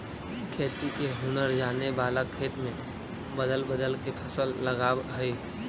खेती के हुनर जाने वाला खेत में बदल बदल के फसल लगावऽ हइ